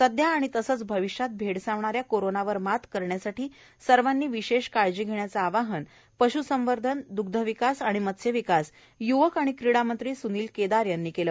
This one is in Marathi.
सध्या व तसेच भविष्यात भेडसावणाऱ्या कोरोनावर मात करण्यासाठी सर्वांनी विशेष काळजी घेण्याचे आवाहन पश्संवर्धन दुग्धविकास व मत्स्यविकास य्वक आणि क्रीडामंत्री स्नील केदार यांनी केले